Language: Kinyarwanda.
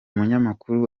munyamakuru